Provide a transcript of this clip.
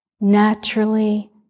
naturally